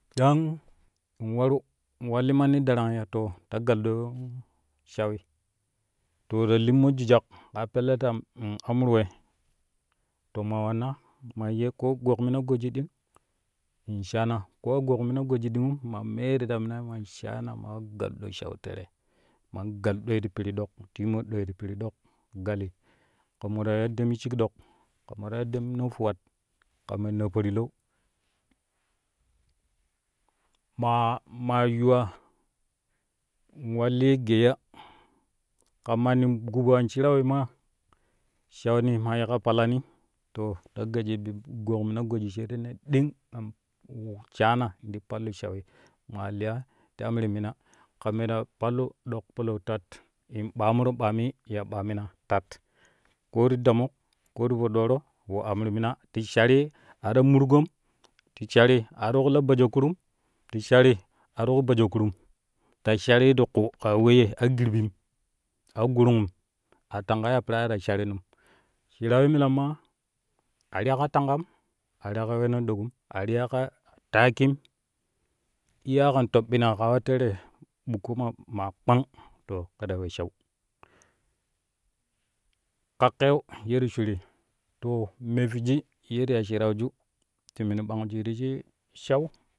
Chan in waru in wa li manni darangi ya too ta gal ɗoo shawi to ta limmo jujak pelle tam in amru we to ma wanna man ye koo gokmina goji ɗing shana ko a gokmina goji ɗingum ma mee ma ta minai man shaan ma wa gal ɗo shau tere man gal ɗooi ti piri ɗok teemi ɗoi ti piri ɗok gali ka mo ta ya dani shikɗok ka mo ta ya damu naa fuwat ka me naaparlau ma ma yuwaa wa li gaiya ka manni gub ara shirawi maa shaini maa yiƙƙa palani to gajjuyo bi gokmina goji shekeren ɗing in shaana in pallu shawi maa iya ti amrin mina ka ne ta pallu dok palau tat in baamuru ɓaamii ya baamina tat ko ti damuk ko ti paɗɗoro we amru mina ti sharii ata murgom to shari a ti ku la basa kurum ti sari a ti ku basakurum ta sharii ti ƙu ka weyye a girɓin a gurungum a tanga ya peera ta sharinum shirau ye milam maa ati ya ka kangam ati ya ka wenan ɗoƙum a ya ka taakim iyaa ken toɓɓina kaa wo tere bukko ma kpang to kɛ ta we shau ka keu ye ti shuri to me fwiji ye ti ya shirauju ti min ɓangʒui ti shik shau.